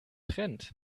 trend